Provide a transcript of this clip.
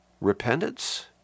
Repentance